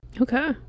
Okay